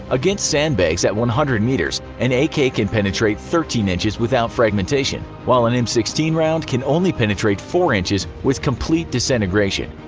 against sandbags at one hundred meters, an ak can penetrate thirteen inches without fragmentation, while an m sixteen round can only penetrate four inches with complete disintegration.